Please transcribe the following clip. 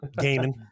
Gaming